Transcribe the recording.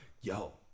yo